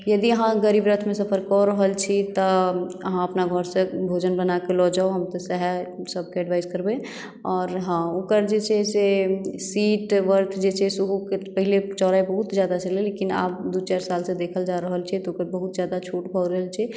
यदि अहाँ गरीबरथमे सफर कऽ रहल छी तऽ अहाँ अपना घरसँ भोजन बनाके लए जाउ हम तऽ सएह सबके एडवाइज करबय आओर हँ ओकर जे छै से सीट बर्थ जे छै सेहोके पहिले चौड़ाइ बहुत जादा छलै लेकिन आब दू चारि सालसँ देखल जा रहल छै तऽ ओकर बहुत जादा छोट भऽ रहल छै